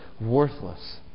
worthless